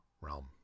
realm